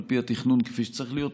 על פי התכנון כפי שצריך להיות,